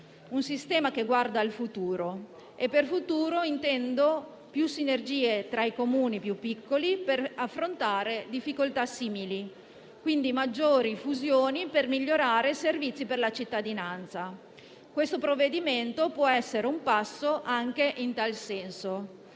un sistema che guarda al futuro. E per futuro intendo più sinergie tra i Comuni più piccoli per affrontare difficoltà simili, quindi maggiori fusioni per migliorare i servizi alla cittadinanza. Questo provvedimento può essere un passo anche in tal senso.